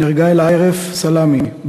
נהרגה אלרהייף סלמי,